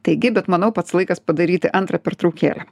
taigi bet manau pats laikas padaryti antrą pertraukėlę